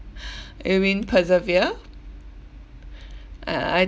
you mean persevere and I